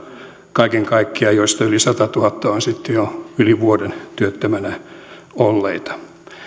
kaiken kaikkiaan kolmesataaneljäkymmentätuhatta joista yli satatuhatta on jo yli vuoden työttömänä olleita